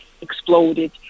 exploded